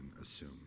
assume